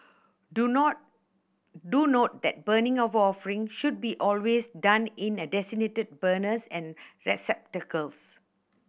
do note do note that burning of offering should be always done in a designated burners and receptacles